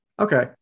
Okay